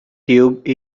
tube